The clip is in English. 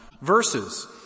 verses